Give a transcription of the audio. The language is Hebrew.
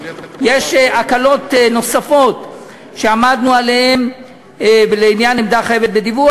יש הקלות נוספות שעמדנו עליהן לעניין עמדה החייבת בדיווח.